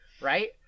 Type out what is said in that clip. right